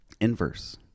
Inverse